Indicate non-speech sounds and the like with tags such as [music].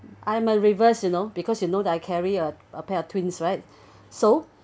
I am a reverse you know because you know that I carry a a pair of twins right [breath] so